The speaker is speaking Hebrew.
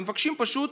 הם מבקשים פשוט